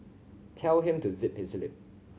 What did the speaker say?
tell him to zip his lip